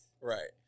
right